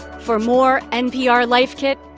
for more npr life kit,